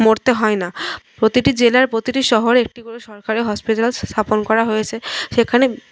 মরতে হয় না প্রতিটি জেলার প্রতিটি শহরে একটি করে সরকারি হসপিটাল স্থাপন করা হয়েছে সেখানে